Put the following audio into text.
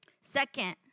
Second